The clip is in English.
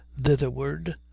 thitherward